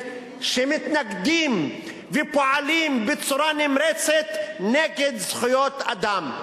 שמתנגדים ופועלים בצורה נמרצת נגד זכויות האדם.